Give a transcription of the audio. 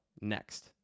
next